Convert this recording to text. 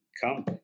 Come